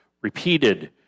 repeated